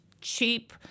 cheap